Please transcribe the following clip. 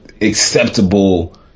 acceptable